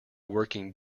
working